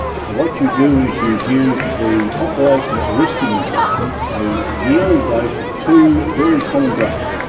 so what you do is you give the population at risk of infection a yearly dose of two very common drugs.